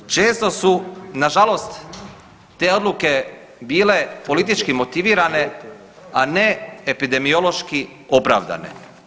Često su na žalost te odluke bile politički motivirane a ne epidemiološki opravdane.